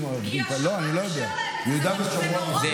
ביהודה ושומרון, כי